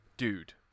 dude